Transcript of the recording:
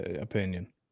opinion